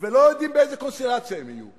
ולא יודעים באיזו קונסטלציה הם יהיו.